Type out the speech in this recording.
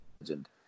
legend